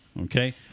Okay